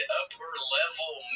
upper-level